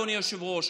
אדוני היושב-ראש,